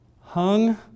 hung